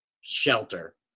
shelter